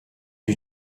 you